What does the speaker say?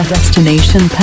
Destination